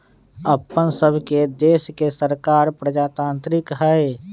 अप्पन सभके देश के सरकार प्रजातान्त्रिक हइ